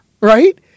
Right